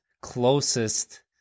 closest